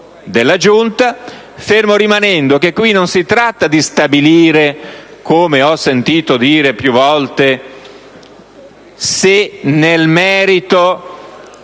della Giunta, fermo rimanendo che qui non si tratta di stabilire, come ho sentito dire più volte, se nel merito